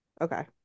Okay